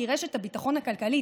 כי רשת הביטחון הכלכלי,